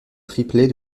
triplet